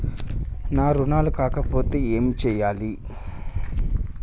నా రుణాలు కాకపోతే ఏమి చేయాలి?